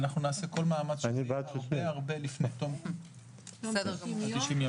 אנחנו נעשה כל מאמץ שזה יהיה הרבה לפני תום 90 ימים.